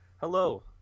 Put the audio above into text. hello